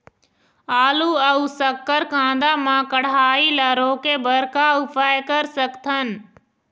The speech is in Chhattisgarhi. आलू अऊ शक्कर कांदा मा कढ़ाई ला रोके बर का उपाय कर सकथन?